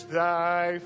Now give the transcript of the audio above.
thy